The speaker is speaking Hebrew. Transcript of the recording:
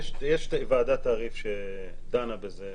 יש ועדת תעריף שדנה בזה,